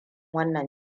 wannan